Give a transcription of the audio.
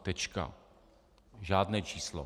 Tečka, žádné číslo.